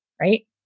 Right